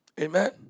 Amen